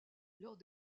lors